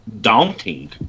daunting